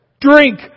drink